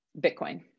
Bitcoin